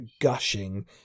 gushing